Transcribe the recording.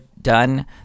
done